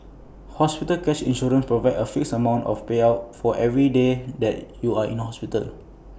hospital cash insurance provides A fixed amount of payout for every day that you are in hospital